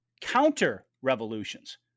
counter-revolutions